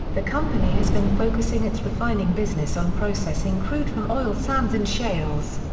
the company has been focusing its refining business on processing crude from oil sands and shales.